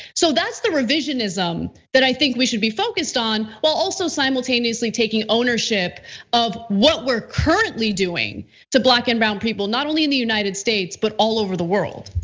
so, that's the revisionism that i think we should be focused on, while also simultaneously taking ownership of what we're currently doing to black and brown people, not only in the united states, but all over the world.